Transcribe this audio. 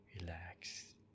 relax